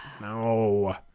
no